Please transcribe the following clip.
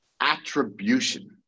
attribution